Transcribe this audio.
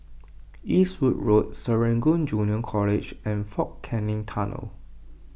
Eastwood Road Serangoon Junior College and fort Canning Tunnel